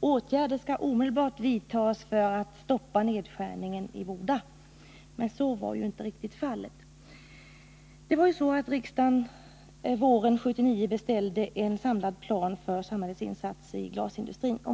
Åtgärder skall omedelbart vidtas för att stoppa nedskärningen i Boda! Men så var ju inte riktigt fallet. På våren 1979 beställde riksdagen en samlad plan för samhällets insatser i glasindustrin.